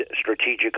strategic